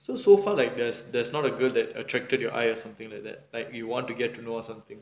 so so far like there's there's not a girl that attracted your eye or something like that like you want to get to know or something